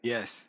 Yes